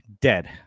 dead